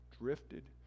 drifted